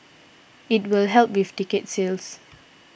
it will help with ticket sales